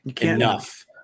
enough